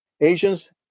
Asians